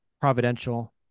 providential